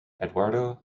eduardo